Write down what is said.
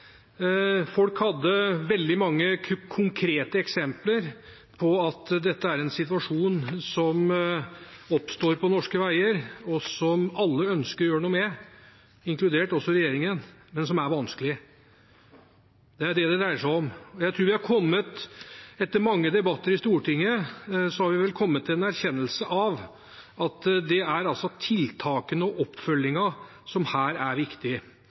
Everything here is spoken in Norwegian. Folk hadde veldig mange konkrete eksempler på at dette er en situasjon som oppstår på norske veier, og som alle ønsker å gjøre noe med, inkludert regjeringen, men det er vanskelig. Det er det det dreier seg om. Etter mange debatter i Stortinget har vi vel kommet til den erkjennelsen at det er tiltakene og oppfølgingen som her er viktig,